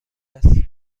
است